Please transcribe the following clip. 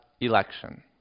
election